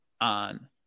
on